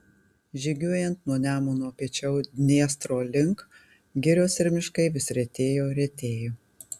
žygiuojant nuo nemuno piečiau dniestro link girios ir miškai vis retėjo retėjo